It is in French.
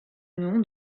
nom